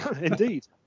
Indeed